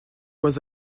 was